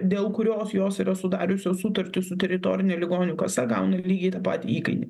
dėl kurios jos yra sudariusios sutartis su teritorine ligonių kasa gauna lygiai tą patį įkainį